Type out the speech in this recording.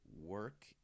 work